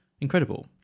incredible